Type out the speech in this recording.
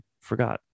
forgot